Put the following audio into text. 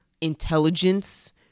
intelligence